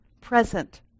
present